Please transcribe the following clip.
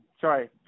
sorry